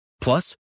Plus